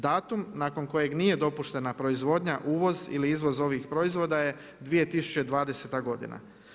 Datum nakon kojeg nije dopuštena proizvodnja, uvoz ili izvoz ovih proizvoda je 2020. godina.